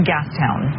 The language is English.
Gastown